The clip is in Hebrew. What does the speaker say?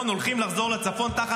אתה רוצה תשובה?